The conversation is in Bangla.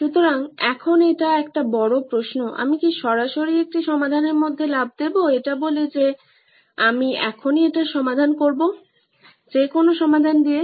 সুতরাং এখন এটা একটা বড় প্রশ্ন আমি কি সরাসরি একটি সমাধানের মধ্যে লাফ দেবো এটা বলে যে আমি এখনই এটার সমাধান করবো যে কোনো সমাধান দিয়ে